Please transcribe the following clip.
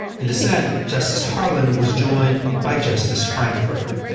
in dissent, justice harlan was joined by justice frankfurter.